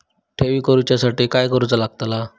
ठेवी करूच्या साठी काय करूचा लागता?